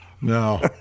no